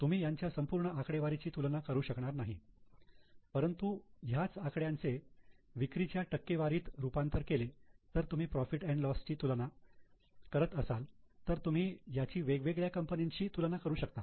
तुम्ही यांच्या संपूर्ण आकडेवारीची तुलना करू शकणार नाही परंतु ह्याच आकड्यांचे विक्रीच्या टक्केवारीत रूपांतर केले आणि तुम्ही प्रॉफिट अँड लॉस profit lossची तुलना करत असाल तर तुम्ही याची वेगवेगळ्या कंपन्यांशी तुलना करू शकता